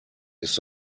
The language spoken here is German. ist